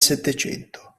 settecento